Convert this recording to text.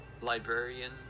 librarian